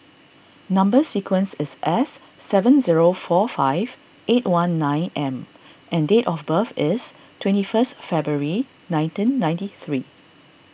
Number Sequence is S seven zero four five eight one nine M and date of birth is twenty first February nineteen ninety three